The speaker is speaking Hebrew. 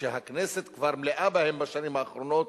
שהכנסת כבר מלאה בהם בשנים האחרונות,